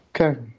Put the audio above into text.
Okay